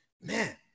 man